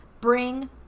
bring